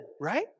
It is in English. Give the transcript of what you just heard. right